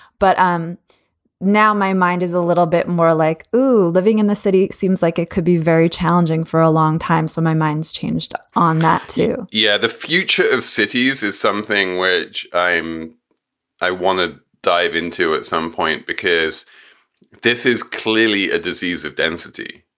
but um now my mind is a little bit more like, oh, living in the city, it seems like it could be very challenging for a long time. so my mind's changed on that, too yeah. the future of cities is something which i am i want to dive into at some point because this is clearly a disease of density.